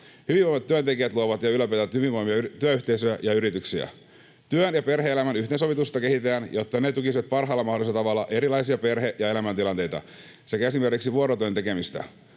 Hyvinvoivat työntekijät luovat ja ylläpitävät hyvinvoivia työyhteisöjä ja yrityksiä. Työn ja perhe-elämän yhteensovitusta kehitetään, jotta se tukisi parhaalla mahdollisella tavalla erilaisia perhe- ja elämäntilanteita sekä esimerkiksi vuorotyön tekemistä.